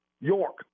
York